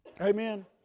Amen